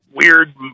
weird